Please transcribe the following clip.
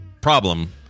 Problem